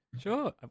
Sure